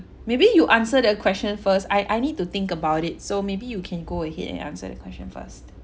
maybe you answer the question first I I need to think about it so maybe you can go ahead and answer the question first